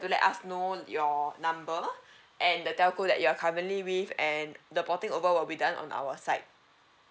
to let us know your number and the telco that you're currently with and the porting over will be done on our side